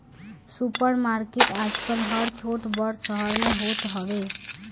super market आजकल हर छोट बड़ शहर में होत हवे